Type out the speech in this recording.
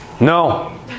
No